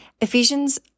Ephesians